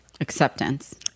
Acceptance